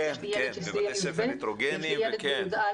יש לי ילד שסיים י"ב ויש לי ילד ב-י"א